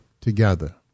together